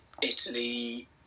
Italy